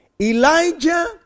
Elijah